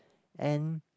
and